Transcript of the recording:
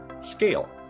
scale